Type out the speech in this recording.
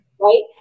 Right